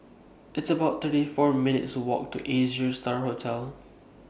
It's about thirty four minutes' Walk to Asia STAR Hotel